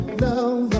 love